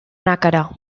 nàquera